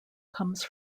comes